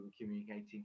communicating